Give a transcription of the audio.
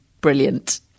brilliant